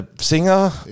Singer